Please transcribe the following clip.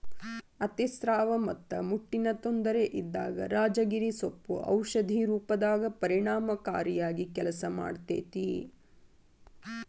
ಅತಿಸ್ರಾವ ಮತ್ತ ಮುಟ್ಟಿನ ತೊಂದರೆ ಇದ್ದಾಗ ರಾಜಗಿರಿ ಸೊಪ್ಪು ಔಷಧಿ ರೂಪದಾಗ ಪರಿಣಾಮಕಾರಿಯಾಗಿ ಕೆಲಸ ಮಾಡ್ತೇತಿ